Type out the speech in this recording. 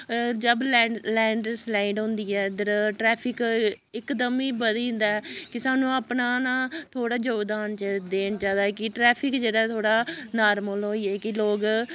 जब land landslide होंदी ऐ इद्धर ट्रैफिक इकदम ई बधी जंदा ऐ कि सानूं अपना ना थोह्ड़ा जोगदान देन चाहिदा ऐ कि ट्रैफिक जेह्ड़ा थोह्ड़ा नार्मल होई जाऽ कि लोक